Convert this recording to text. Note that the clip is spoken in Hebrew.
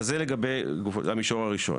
זה לגבי המישור הראשון.